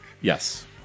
Yes